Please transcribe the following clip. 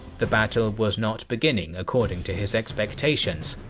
the battle was not beginning according to his expectations.